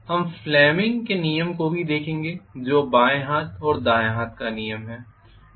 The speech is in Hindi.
हम फ्लेमिंग के नियम को भी देखेंगे जो बाएं हाथ और दाएं हाथ का नियम है